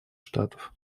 штатов